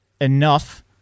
enough